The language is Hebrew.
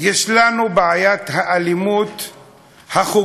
יש לנו את בעיית האלימות החוגגת,